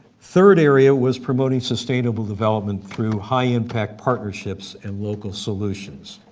third area was promoting sustainable development through high impact partnerships and local solutions.